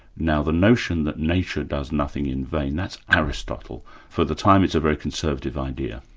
now the notion that nature does nothing in vain, that's aristotle for the time it's a very conservative idea.